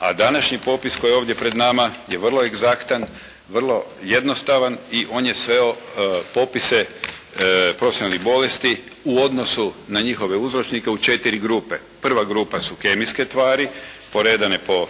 a današnji popis koji je ovdje pred nama je vrlo egzaktan, vrlo jednostavan i on je sveo popise profesionalnih bolesti u odnosu na njihove uzročnike na četiri grupe. Prva grupa su kemijske tvari poredane po